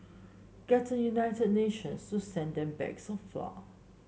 get the United Nations to send them bags of flour